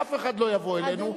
אף אחד לא יבוא אלינו,